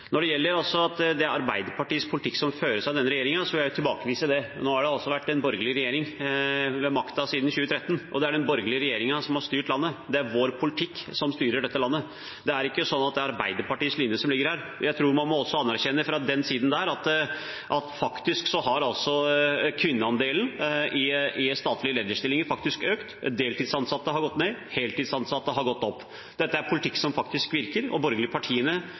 det med at det er Arbeiderpartiets politikk som føres av denne regjeringen, vil jeg tilbakevise det. Nå har det altså vært en borgerlig regjering ved makten siden 2013, og det er den borgerlige regjeringen som har styrt landet. Det er vår politikk som styrer dette landet. Det er ikke sånn at det er Arbeiderpartiets linje som ligger her. Jeg tror man også fra den siden må anerkjenne at kvinneandelen i statlige lederstillinger faktisk har økt, andelen deltidsansatte kvinner har gått ned, og andelen heltidsansatte kvinner har gått opp. Dette er politikk som faktisk virker. Det er ikke sånn at de sosialistiske partiene har monopol på likestillingspolitikk, de borgerlige partiene